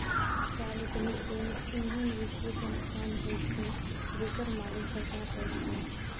सार्वजनिक बैंक एहन वित्तीय संस्थान होइ छै, जेकर मालिक सरकार होइ छै